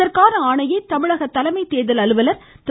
இதற்கான ஆணையை தமிழக தலைமை தேர்தல் அலுவலர் திரு